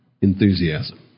enthusiasm